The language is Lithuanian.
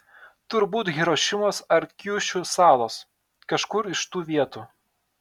turbūt hirošimos ar kiušiu salos kažkur iš tų vietų